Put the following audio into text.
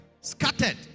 Scattered